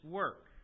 work